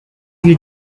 you